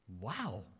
Wow